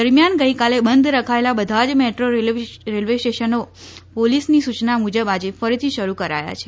દરમિયાન ગઈકાલે બંધ રખાયેલા બધા જ મેટ્રો રેલવે સ્ટેશનો પોલીસની સૂચના મુજબ આજે ફરીથી શરૂ કરાયા છે